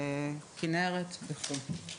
כינרת וכו'.